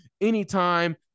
anytime